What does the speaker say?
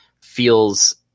feels